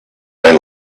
find